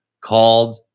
called